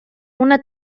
una